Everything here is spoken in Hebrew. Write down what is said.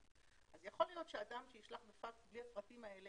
להיות שאדם שישלח בפקס בלי הפרטים האלה,